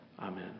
Amen